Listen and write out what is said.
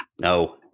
No